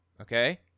Okay